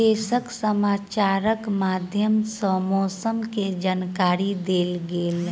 देशक समाचारक माध्यम सॅ मौसम के जानकारी देल गेल